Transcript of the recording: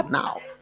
now